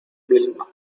vilma